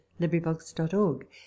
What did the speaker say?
LibriVox.org